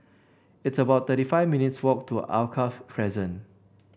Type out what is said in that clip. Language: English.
it's about thirty five minutes' walk to Alkaff Crescent